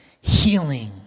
healing